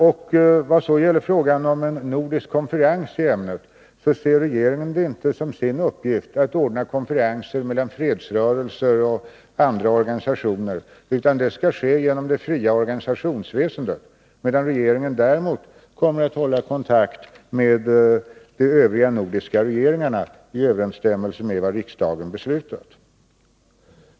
Vad sedan gäller frågan om en nordisk konferens i ämnet ser regeringen det inte som sin uppgift att ordna konferenser mellan fredsrörelser och andra organisationer, utan det skall ske genom det fria organisationsväsendet. Däremot kommer regeringen att hålla kontakt med de övriga nordiska regeringarna i överensstämmelse med vad riksdagen beslutat.